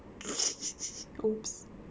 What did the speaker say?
!oops!